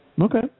Okay